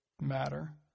matter